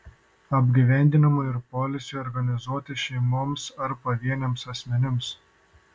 apgyvendinimui ir poilsiui organizuoti šeimoms ar pavieniams asmenims